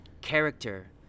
character